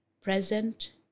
present